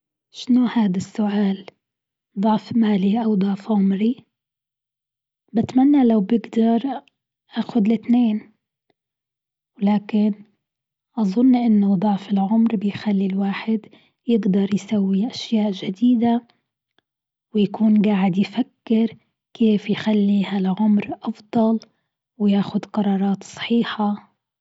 شنو هاد السؤال? ضعف مالي أو ضعف عمري! بتمنى لو بقدر أخد الأتنين. ولكن أظن أنه ضعف العمر بيخلي الواحد يقدر يسوي أشياء جديدة. ويكون قاعد يفكر كيف يخليها لعمر أفضل وياخد قرارات صحيحة.